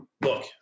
look